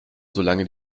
solange